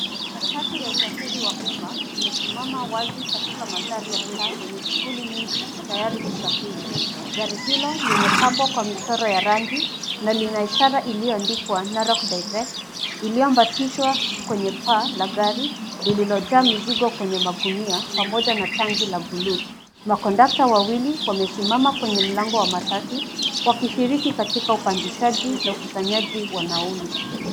Matatu ya usafiri wa umma imesimama wazi katika mandhari ya mtaa wenye shughuli nyingi tayari kusafiri. Gari hilo limepambwa kwa michoro ya rangi na lina ishara iliyoandikwa Narok direct iliyobatishwa kwenye paa la gari lililojaa mizigo kwenye magunia pamoja na tanki la buluu. Makondakta wawili wamesimama kwenye milango ya matatu wakishiriki katika upandishaji na ukusanyaji wa nauli.